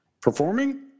performing